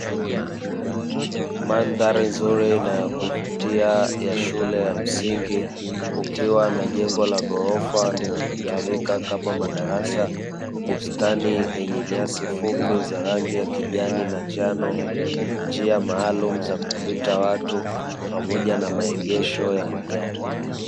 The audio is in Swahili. Mandhari nzuri na yakuvutia ya shule ya msingi, kukiwa na jengo la ghorofa linalotumika kama madarasa, bustani yenye nyasi fupi za rangi ya njano, njia maalum ya kupita watu pamoja na maegesho ya magari